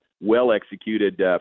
well-executed